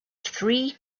three